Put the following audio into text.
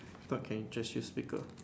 I thought can just use speaker